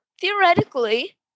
theoretically